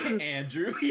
Andrew